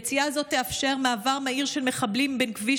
יציאה זו תאפשר מעבר מהיר של מחבלים בין כביש